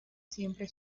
siempre